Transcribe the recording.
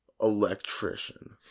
Electrician